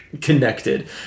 connected